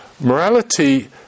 morality